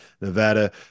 Nevada